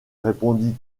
répondit